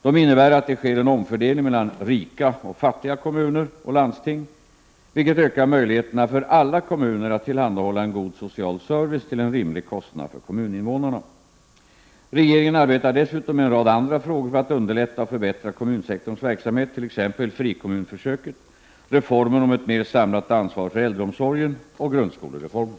De innebär att det sker en omfördelning mellan ”rika” och ”fattiga” kommuner och landsting, vilket ökar möjligheterna för alla kommuner att tillhandahålla en god social service till en rimlig kostnad för kommuninvånarna. Regeringen arbetar dessutom med en rad andra frågor för att underlätta och förbättra kommunsektorns verksamhet, t.ex. frikommunförsöket, reformen innebärande ett mer samlat ansvar för äldreomsorgen och grundskolereformen.